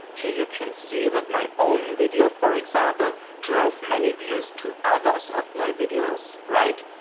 here you can see that my own video for example drove many views to others of my videos, right?